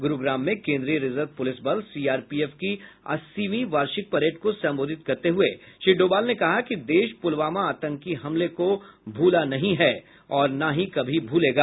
गुरुग्राम में केन्द्रीय reserve police बल सीआरपीएफ की अस्सीवीं वार्षिक परेड को संबोधित करते हुए श्री डोभाल ने कहा कि देश पुलवामा आतंकी हमले को भुला नहीं और न ही कभी भूलेगा